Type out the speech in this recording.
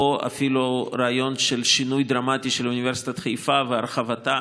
אפילו רעיון של שינוי דרמטי של אוניברסיטת חיפה והרחבתה